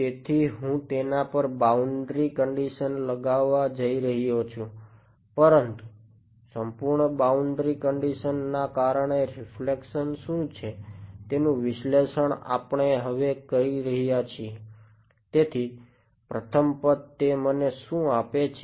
તેથી હું તેના પર બાઉન્ડ્રી કંડીશન લગાવવા જઈ રહ્યો છું પરંતુ સંપૂર્ણ બાઉન્ડ્રી કંડીશન ના કારણે રીફ્લેક્શન શું છે તેનું વિશ્લેષણ આપણે હવે કરી રહ્યા છીએ તેથી પ્રથમ પદ તે મને શું આપે છે